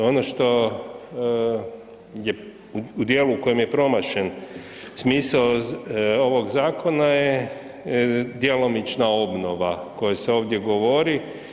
Ono što je u dijelu u kojem je promašen smisao ovog zakona je djelomična obnova o kojoj se ovdje govori.